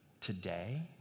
today